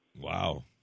Wow